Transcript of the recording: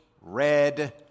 red